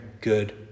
good